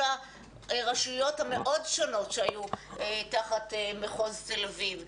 הרשויות המאוד שונות שהיו תחת מחוז תל אביב.